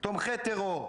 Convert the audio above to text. "תומכי טרור".